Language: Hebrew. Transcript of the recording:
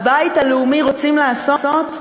הבית הלאומי, רוצים לעשות?